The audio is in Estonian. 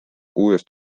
uuest